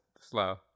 slow